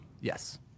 Yes